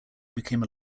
became